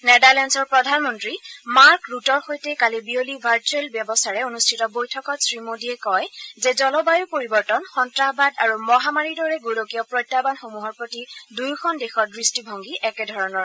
নেডাৰলেণ্ডছৰ প্ৰধানমন্তী মাৰ্ক ৰূটৰ সৈতে কালি বিয়লি ভাৰ্চূৰেল ব্যৱস্থাৰে অনুষ্ঠিত বৈঠকত শ্ৰী মোদীয়ে কয় যে জলবায়ু পৰিৱৰ্তন সন্নাসবাদ আৰু মহামাৰীৰ দৰে গোলকীয় প্ৰত্যাহ্বানসমূহৰ প্ৰতি দুয়োখন দেশৰ দৃষ্টিভংগী একেধৰণৰ